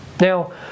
Now